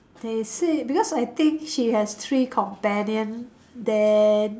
they said because I think she has three companion then